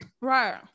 Right